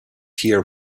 here